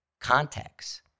Context